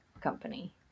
company